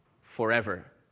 forever